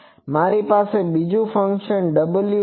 મારી પાસે બીજું ફંક્શન w પણ છે